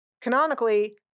canonically